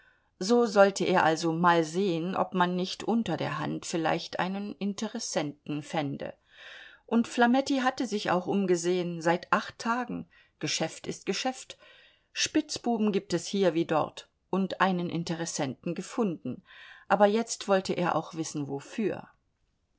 so sollte er also mal sehen ob man nicht unter der hand vielleicht einen interessenten fände und flametti hatte sich auch umgesehen seit acht tagen geschäft ist geschäft spitzbuben gibt es hier wie dort und einen interessenten gefunden aber jetzt wollte er auch wissen wofür